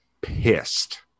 pissed